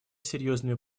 серьезными